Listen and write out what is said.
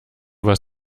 was